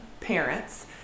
parents